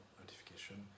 notification